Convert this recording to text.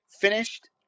finished